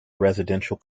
residential